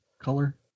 color